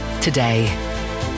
today